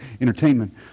entertainment